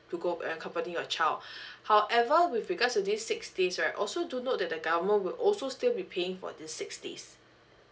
to go uh accompany your child however with regards to these six days right also do note that the government will also still be paying for these six days